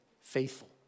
faithful